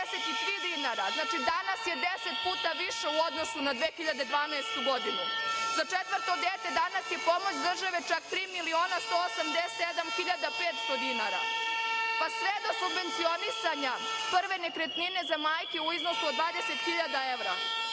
dinara. Znači, danas je 10 puta više u odnosu na 2012. godinu. Za četvrto dete danas je pomoć države čak 3.187.500 dinara, pa sve do subvencionisanja prve nekretnine za majke u iznosu od 20.000 evra.